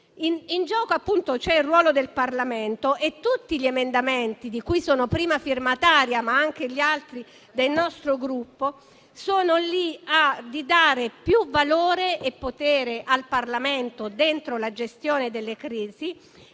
In gioco, appunto, c'è il ruolo del Parlamento e tutti gli emendamenti di cui sono prima firmataria, ma anche gli altri del nostro Gruppo, sono tesi a dare maggiore valore e potere al Parlamento dentro la gestione delle crisi